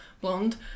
blonde